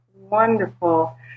wonderful